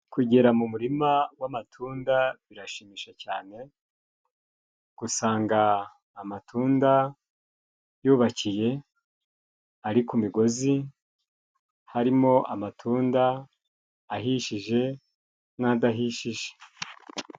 Kugera mu murima w'amatunda birashimisha cyane, usanga amatunda yubakiye, ari ku migozi, harimo amatunda ahishije n'adahishije.